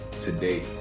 today